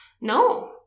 No